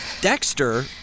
Dexter